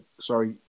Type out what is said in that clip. sorry